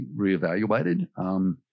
reevaluated